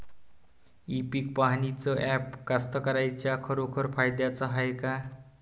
इ पीक पहानीचं ॲप कास्तकाराइच्या खरोखर फायद्याचं हाये का?